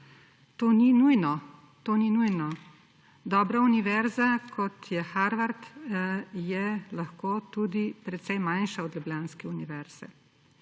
to ni nujno. Dobra univerza, kot je Harvard, je lahko tudi precej manjša od ljubljanske univerze.